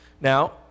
Now